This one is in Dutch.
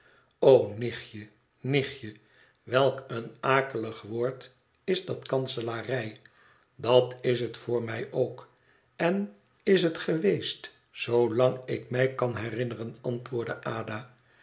nichtje nichtje welk een akelig woord is dat kanselarij dat is het voor mij ook en is het geweest zoolang ik mij kan herinneren antwoordde ada